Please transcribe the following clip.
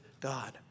God